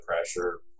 pressure